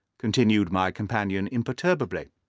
continued my companion imperturbably.